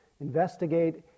Investigate